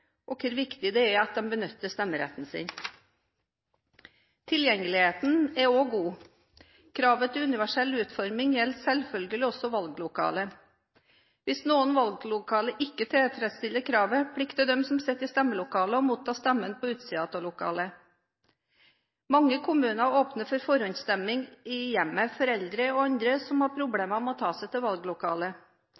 og hvor viktig det er at de benytter stemmeretten sin. Tilgjengeligheten er også god. Kravet til universell utforming gjelder selvfølgelig også valglokalene. Hvis noen valglokaler ikke tilfredsstiller kravet, plikter de som sitter i stemmelokalet, å motta stemmen på utsiden av lokalet. Mange kommuner åpner for forhåndsstemming i hjemmet for eldre og andre som har